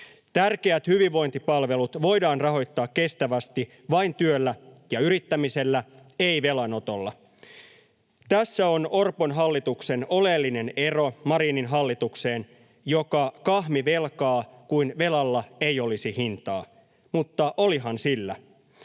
Tärkeät hyvinvointipalvelut voidaan rahoittaa kestävästi vain työllä ja yrittämisellä, ei velanotolla. Tässä on Orpon hallituksen oleellinen ero Marinin hallitukseen, joka kahmi velkaa kuin velalla ei olisi hintaa, mutta olihan sillä.